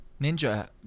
Ninja